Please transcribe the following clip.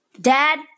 Dad